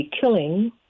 killing